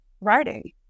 writing